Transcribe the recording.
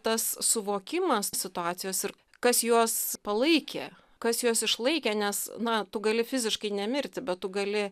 tas suvokimas situacijos ir kas juos palaikė kas juos išlaikė nes na tu gali fiziškai nemirti bet tu gali